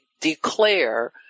declare